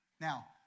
Now